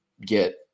get